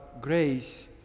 grace